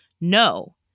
No